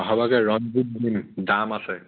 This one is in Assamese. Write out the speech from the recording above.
অহা বাৰকৈ দাম আছে